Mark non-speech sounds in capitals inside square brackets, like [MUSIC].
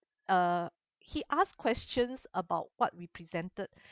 uh he asked questions about what we presented [BREATH]